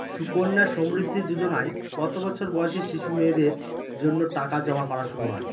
সুকন্যা সমৃদ্ধি যোজনায় কত বছর বয়সী শিশু মেয়েদের জন্য টাকা জমা করা শুরু হয়?